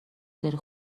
داری